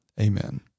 Amen